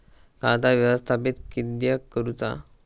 खाता व्यवस्थापित किद्यक करुचा?